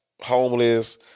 homeless